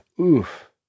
oof